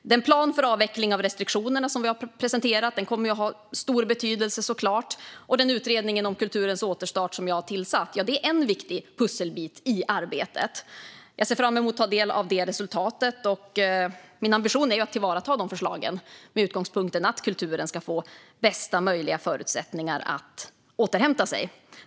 Den plan för avveckling av restriktioner som vi har presenterat kommer att ha stor betydelse, och den utredning om kulturens återstart som jag har tillsatt är en viktig pusselbit i arbetet. Jag ser fram emot att få ta del av resultatet. Min ambition är att tillvarata förslagen med utgångspunkten att kulturen ska få bästa möjliga förutsättningar att återhämta sig.